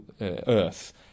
Earth